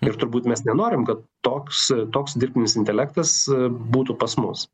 ir turbūt mes nenorim kad toks toks dirbtinis intelektas būtų pas mus